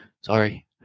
sorry